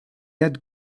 had